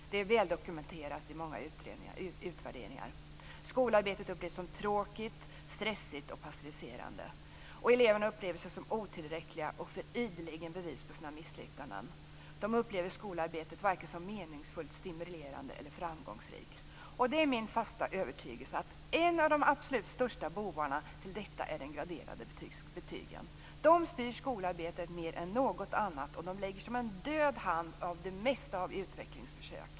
Detta är väldokumenterat i många utvärderingar. Skolarbetet upplevs som tråkigt, stressigt och passiviserande. Eleverna upplever sig som otilläckliga och får ideligen bevis på sina misslyckanden. De upplever skolarbetet varken som meningsfullt, stimulerande eller framgångsrikt. Det är min fasta övertygelse att en av de absolut största bovarna i detta sammanhang är de graderade betygen. De styr skolarbetet mer än något annat och lägger en död hand över det mesta av utvecklingsförsök.